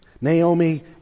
Naomi